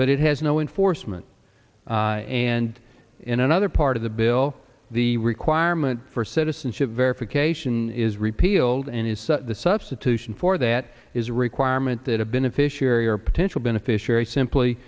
but it has no in forstmann and in another part of the bill the requirement for citizenship verification is repealed and is the substitution for that is a requirement that a beneficiary or potential beneficiary simply